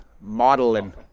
Modeling